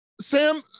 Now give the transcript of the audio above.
sam